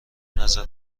نظر